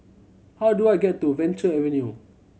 how do I get to Venture Avenue